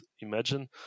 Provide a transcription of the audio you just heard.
imagine